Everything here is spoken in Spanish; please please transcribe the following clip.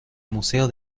museo